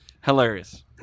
Hilarious